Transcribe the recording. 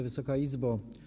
Wysoka Izbo!